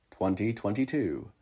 2022